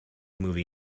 movie